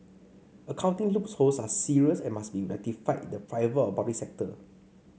accounting loopholes are serious and must be rectified in the private or public sector